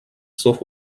sauf